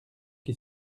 qui